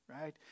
right